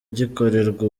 gikorerwa